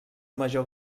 major